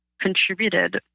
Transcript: contributed